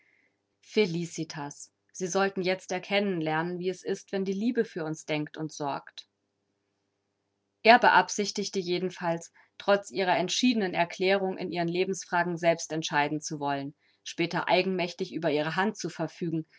felicitas sie sollen jetzt erkennen lernen wie es ist wenn die liebe für uns denkt und sorgt er beabsichtigte jedenfalls trotz ihrer entschiedenen erklärung in ihren lebensfragen selbst entscheiden zu wollen später eigenmächtig über ihre hand zu verfügen